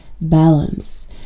balance